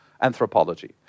anthropology